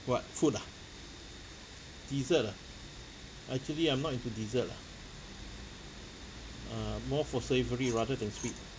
what food ah dessert ah actually I'm not into dessert lah err more for savoury rather than sweet